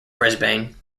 brisbane